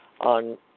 on